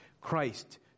Christ